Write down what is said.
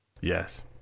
Yes